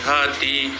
Hati